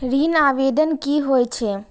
ऋण आवेदन की होय छै?